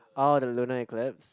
orh the lunar eclipse